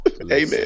Amen